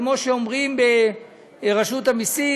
כמו שאומרים ברשות המסים,